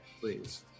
please